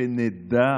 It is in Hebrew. שנדע